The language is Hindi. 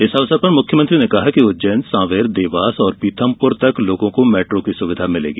इस अवसर पर मुख्यमंत्री ने कहा कि उज्जैन सांवेर देवास और पीथमपुर तक लोगों को मेट्रो की सुविधा मिलेगी